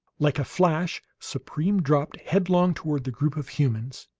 like a flash supreme dropped, headlong, toward the group of humans.